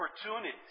opportunities